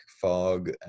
fog